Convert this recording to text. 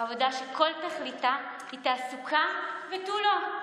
עבודה שכל תכליתה היא תעסוקה ותו לא.